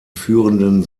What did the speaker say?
führenden